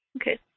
Okay